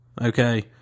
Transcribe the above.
okay